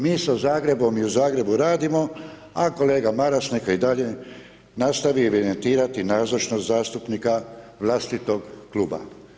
Mi sa Zagrebom i u Zagrebu radimo, a kolega Maras neka i dalje nastavi evidentirat nazočnost zastupnika vlastitog kluba.